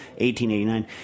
1889